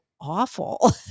awful